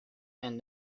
and